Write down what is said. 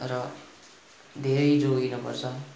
र धेरै जोगिन पर्छ